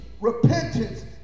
repentance